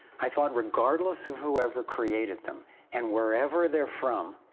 i thought regardless of whoever created them and wherever they're from,